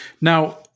Now